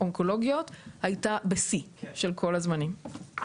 אונקולוגיות הייתה בשיא של כל הזמנים,